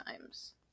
times